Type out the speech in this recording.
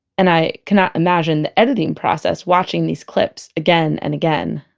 and i cannot imagine the editing process watching these clips again and again